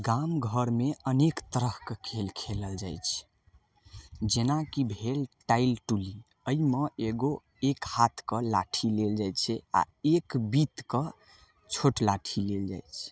गाम घरमे अनेक तरहके खेल खेलल जाइ छै जेना की भेल टाइल टूलिंग अइमे एगो एक हाथकऽ लाठी लेल जाइ छै आओर एक बीतके छोट लाठी लेल जाइ छै